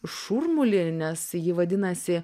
šurmulį nes ji vadinasi